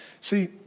See